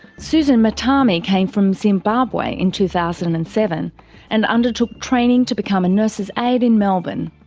susan mutami came from zimbabwe in two thousand and seven and undertook training to become a nurse's aide in melbourne.